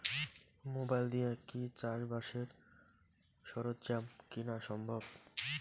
Mobile দিয়া কি চাষবাসের সরঞ্জাম কিনা সম্ভব?